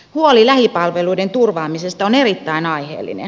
huoli lähipalveluiden turvaamisesta on erittäin aiheellinen